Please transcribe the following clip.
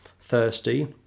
thirsty